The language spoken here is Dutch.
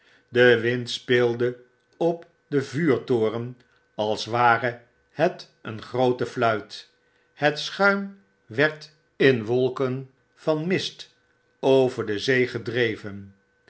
de wind speelde op den vuurtoren als ware het een groote fluit het schuim werd in wolken van mist ovr de zee gedreven